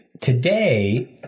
today